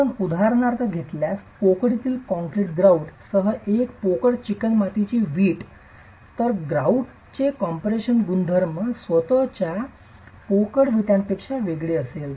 आपण उदाहरणार्थ घेतल्यास पोकळीतील कॉंक्रीट ग्रॉउट सह एक पोकळ चिकणमाती वीट ब्लॉक तर ग्रॉउटचे कॉम्प्रेशन गुणधर्म स्वतःच पोकळ विटापेक्षा वेगळे असेल